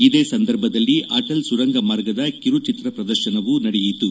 ಇದೇ ಸಂದರ್ಭದಲ್ಲಿ ಅಟಲ್ ಸುರಂಗ ಮಾರ್ಗದ ಕಿರುಚಿತ್ರ ಪ್ರದರ್ಶನವೂ ನಡೆಯಿತು